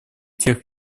тех